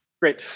Great